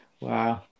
Wow